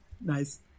nice